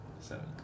Seven